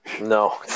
No